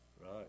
Right